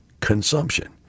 consumption